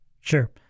Sure